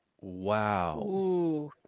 Wow